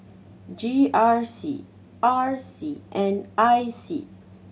G R C R C and I C